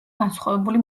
განსხვავებული